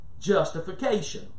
justification